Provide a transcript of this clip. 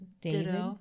David